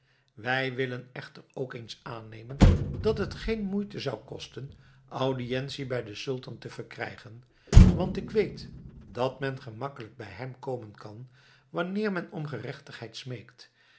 wij willen echter ook eens aannemen dat het geen moeite zou kosten audiëntie bij den sultan te verkrijgen want ik weet dat men gemakkelijk bij hem komen kan wanneer men om gerechtigheid smeekt